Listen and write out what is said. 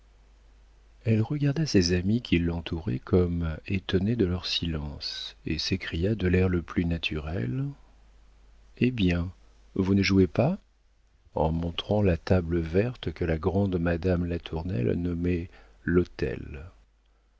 elle regarda ses amis qui l'entouraient comme étonnée de leur silence et s'écria de l'air le plus naturel eh bien vous ne jouez pas en montrant la table verte que la grande madame latournelle nommait l'autel